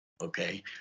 okay